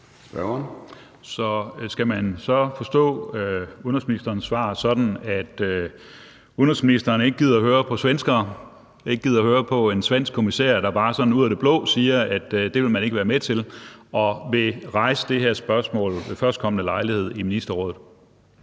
Så skal man forstå udenrigsministerens svar sådan, at udenrigsministeren ikke gider at høre på svenskere, altså ikke gider høre på en svensk kommissær, der bare sådan ud af det blå siger, at det vil man ikke være med til, og at man vil rejse det her spørgsmål ved førstkommende lejlighed i Ministerrådet?